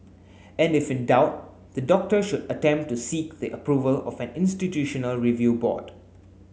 and if in doubt the doctor should attempt to seek the approval of an institutional review board